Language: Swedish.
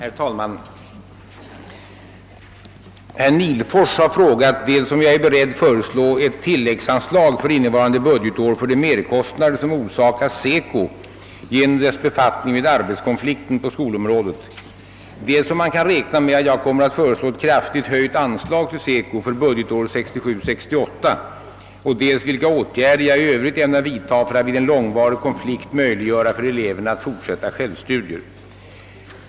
Herr talman! Herr Nihlfors har frågat dels om jag är beredd att föreslå ett tilläggsanslag för innevarande budgetår för de merkostnader som orsakas SECO genom dess befattning med arbetskonflikten på skolområdet, dels om man kan räkna med att jag kommer att föreslå ett kraftigt höjt anslag till SECO för budgetåret 1967/68 och dels vilka åtgärder jag i övrigt ämnar vidta för att vid en långvarig konflikt möjliggöra för eleverna att fortsätta självstudier.